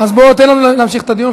אז בוא, תן לנו להמשיך את הדיון.